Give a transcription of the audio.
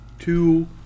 Two